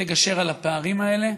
ותגשר על הפערים האלה,